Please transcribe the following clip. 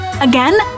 Again